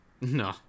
No